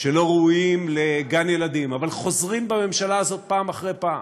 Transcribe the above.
שלא ראויים לגן ילדים אבל חוזרים בממשלה הזאת פעם אחרי פעם,